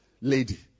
lady